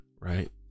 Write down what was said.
right